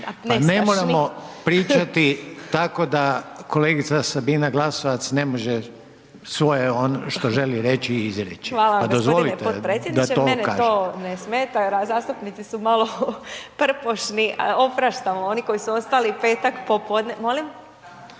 Pa ne moramo pričati tako da kolegica Sabina Glasovac ne može svoje ono što želi reći, izreći./... Hvala vam g. potpredsjedniče, mene to ne smeta jer zastupnici su malo prpošni, opraštam, oni koji su ostali petak popodne. Molim?